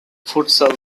futsal